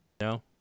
No